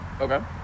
Okay